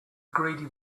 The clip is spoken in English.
greedy